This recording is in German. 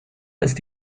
ist